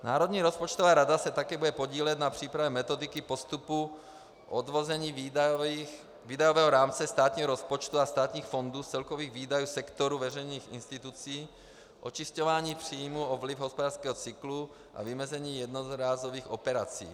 Národní rozpočtová rada se také bude podílet na přípravě metodiky postupu odvození výdajového rámce státního rozpočtu a státních fondů z celkových výdajů sektoru veřejných institucí, očišťování příjmů o vliv hospodářského cyklu a vymezení jednorázových operací.